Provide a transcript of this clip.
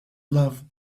love